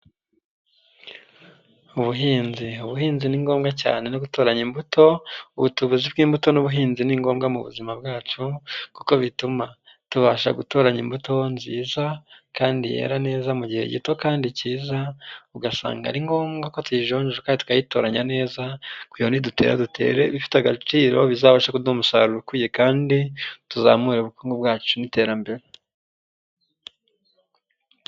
Ubuhinzi, ubuhinzi ni ngombwa cyane no gutoranya imbuto, ubutubuzi bw'imbuto n'ubuhinzi ni ngombwa mu buzima bwacu, kuko bituma tubasha gutoranya imbuto nziza, kandi yera neza mu gihe gito kandi cyiza, ugasanga ari ngombwa ko tuyijonjora kandi tukayitoranya neza, kugira ngo nidutera, dutere ibifite agaciro bizabashe kuduha umusaruro ukwiye, kandi tuzamure ubukungu bwacu n'iterambere.